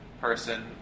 person